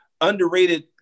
underrated